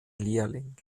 lehrling